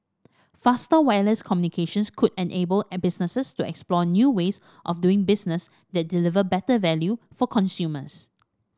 faster wireless communications could enable businesses to explore new ways of doing business that deliver better value for consumers